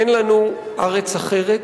אין לנו ארץ אחרת,